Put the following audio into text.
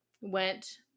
went